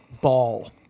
ball